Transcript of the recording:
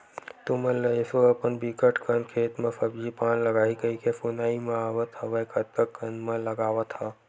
तुमन ल एसो अपन बिकट कन खेत म सब्जी पान लगाही कहिके सुनाई म आवत हवय कतका कन म लगावत हव?